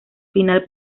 final